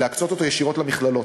להקצות אותו ישירות למכללות.